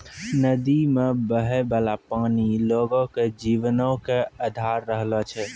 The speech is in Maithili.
नदी मे बहै बाला पानी लोगो के जीवनो के अधार रहलो छै